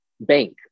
bank